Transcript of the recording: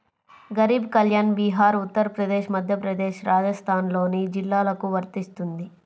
గరీబ్ కళ్యాణ్ బీహార్, ఉత్తరప్రదేశ్, మధ్యప్రదేశ్, రాజస్థాన్లోని జిల్లాలకు వర్తిస్తుంది